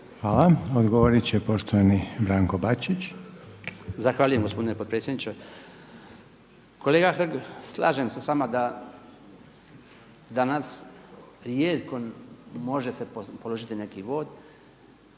Hvala. Odgovorit će poštovani Branko Bačić. **Bačić, Branko (HDZ)** Zahvaljujem gospodine potpredsjedniče. Kolega Hrg, slažem se s vama da danas rijetko može se položiti neki vod,